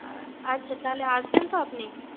আচ্ছা তাহলে আসবেন তো আপনি